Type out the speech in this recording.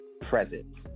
present